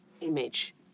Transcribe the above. image